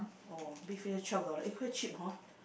oh big fish twelve dollars eh quite cheap hor